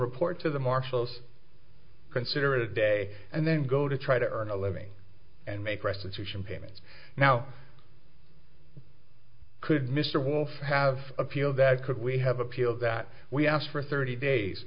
report to the marshals consider it a day and then go to try to earn a living and make restitution payments now could mr wolfe have appealed that could we have appealed that we asked for thirty days